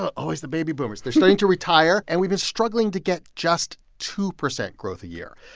always the baby boomers they're starting to retire. and we've been struggling to get just two percent growth a year.